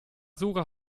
suche